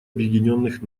объединенных